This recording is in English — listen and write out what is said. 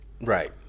Right